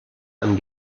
amb